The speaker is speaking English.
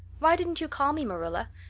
why didn't you call me, marilla?